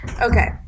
Okay